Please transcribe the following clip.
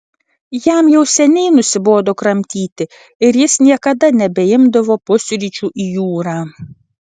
jam jau seniai nusibodo kramtyti ir jis niekada nebeimdavo pusryčių į jūrą